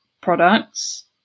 products